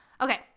Okay